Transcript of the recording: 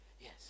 Yes